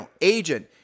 agent